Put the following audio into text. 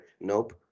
Nope